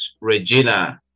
Regina